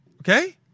okay